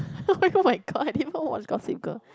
[oh]-my [oh]-my-god did you even watch Gossip Girl